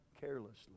carelessly